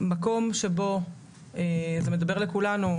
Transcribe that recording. המקום שבו זה מדבר לכולנו,